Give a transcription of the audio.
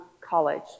college